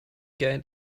gain